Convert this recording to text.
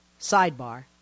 sidebar